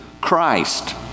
Christ